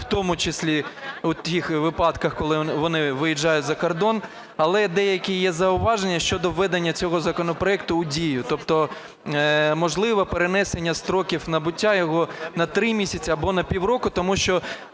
в тому числі у тих випадках, коли вони виїжджають за кордон. Але деякі є зауваження щодо введення цього законопроекту в дію, тобто можливе перенесення строків набуття його на 3 місяці або на півроку. Тому що